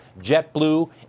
JetBlue